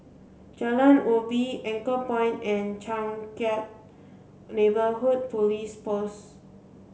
Jalan Ubi Anchorpoint and Changkat Neighbourhood Police Post